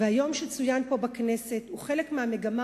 והיום שצוין פה בכנסת הם חלק מהמגמה